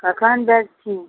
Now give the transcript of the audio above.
कखनि भेजथिन